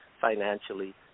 financially